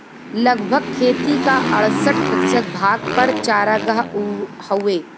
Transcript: लगभग खेती क अड़सठ प्रतिशत भाग पर चारागाह हउवे